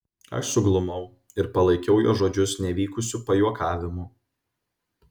aš suglumau ir palaikiau jo žodžius nevykusiu pajuokavimu